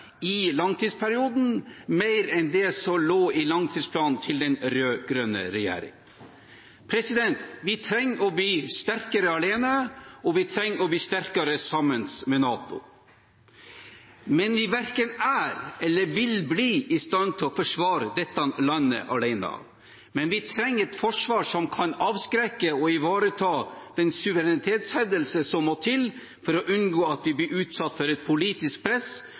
i langtidsperioden – mer enn det som lå i langtidsplanen til den rød-grønne regjeringen. Vi trenger å bli sterkere alene, og vi trenger å bli sterkere sammen med NATO. Men vi verken er eller vil bli i stand til å forsvare dette landet alene. Vi trenger et forsvar som kan avskrekke og ivareta den suverenitetshevdelse som må til for å unngå at vi blir utsatt for et politisk press